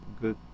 good